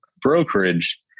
brokerage